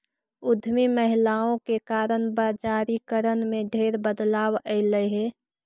उद्यमी महिलाओं के कारण बजारिकरण में ढेर बदलाव अयलई हे